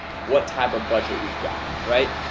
what type of budget we've got, right?